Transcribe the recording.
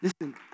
Listen